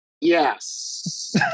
Yes